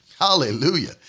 Hallelujah